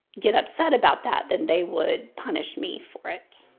get upset about that then they would punish me for it.